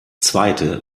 zweite